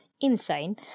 insane